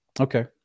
Okay